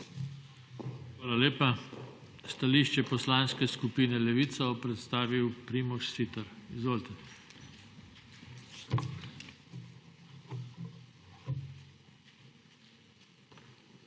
Hvala lepa. Stališče Poslanske skupine Levica bo predstavil Primož Siter. Izvolite. **PRIMOŽ